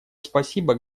спасибо